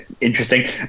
interesting